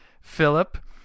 Philip